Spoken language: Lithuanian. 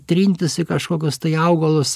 trintis į kažkokius tai augalus